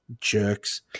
Jerks